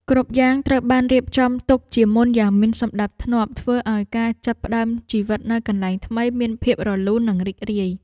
គ្រប់យ៉ាងត្រូវបានរៀបចំទុកជាមុនយ៉ាងមានសណ្ដាប់ធ្នាប់ធ្វើឱ្យការចាប់ផ្ដើមជីវិតនៅកន្លែងថ្មីមានភាពរលូននិងរីករាយ។